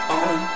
on